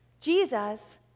Jesus